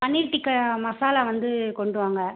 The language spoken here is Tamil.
பன்னீர் டிக்கா மசாலா வந்து கொண்டு வாங்க